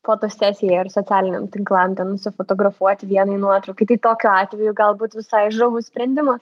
fotosesijai ar socialiniam tinklam ten nusifotografuoti vienai nuotraukai tai tokiu atveju galbūt visai žavus sprendimas